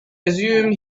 assumed